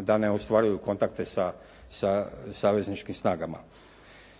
da ne ostvaruju kontakte sa savezničkim snagama.